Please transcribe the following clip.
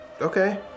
Okay